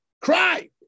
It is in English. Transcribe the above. Cry